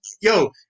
Yo